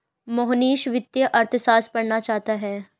मोहनीश वित्तीय अर्थशास्त्र पढ़ना चाहता है